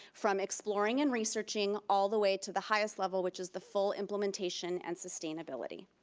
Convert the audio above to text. from exploring and researching, all the way to the highest level which is the full implementation and sustainability.